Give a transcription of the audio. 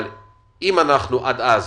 אם עד אז